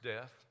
death